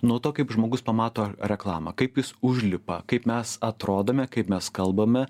nuo to kaip žmogus pamato reklamą kaip jis užlipa kaip mes atrodome kaip mes kalbame